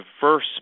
diverse